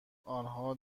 آنها